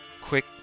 quick